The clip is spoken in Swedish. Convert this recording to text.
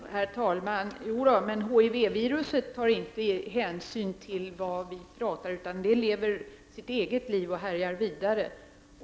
Herr talman! HIV-viruset tar däremot inte hänsyn till vad vi säger, utan det lever sitt eget liv och härjar vidare.